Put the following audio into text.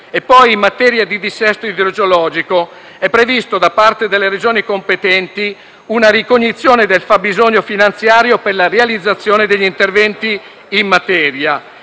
postali. In materia di dissesto idrogeologico è prevista, da parte delle Regioni competenti, una ricognizione del fabbisogno finanziario per la realizzazione degli interventi in materia.